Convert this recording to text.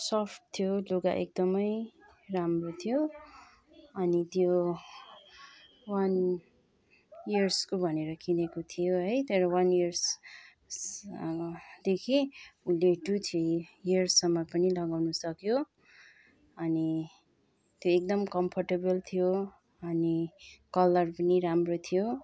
soft थियो लुगा एकदमै राम्रो थियो अनि त्यो वान इयर्सको भनेर किनेको थियो है तर वान इयर्स देखि उसले टू थ्री इयर्ससम्म पनि लगाउनु सक्यो अनि त्यो एकदम कमफर्टेबल थियो अनि कलर पनि राम्रो थियो